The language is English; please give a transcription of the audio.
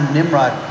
Nimrod